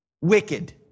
wicked